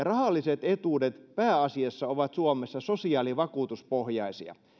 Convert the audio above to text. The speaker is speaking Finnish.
rahalliset etuudet ovat suomessa pääasiassa sosiaalivakuutuspohjaisia